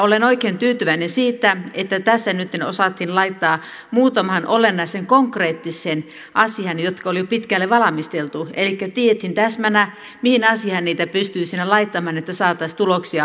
olen oikein tyytyväinen siitä että tässä nyt osattiin laittaa rahoja muutamaan olennaiseen konkreettiseen asiaan jotka oli jo pitkälle valmisteltu elikkä tiedettiin täsmänä mihin asiaan pystyy laittamaan että saataisiin tuloksia aikaiseksi